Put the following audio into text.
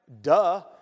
Duh